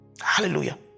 Hallelujah